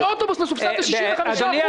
כל אוטובוס מסובסד ב-65%.